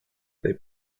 they